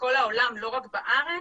לא רק בארץ,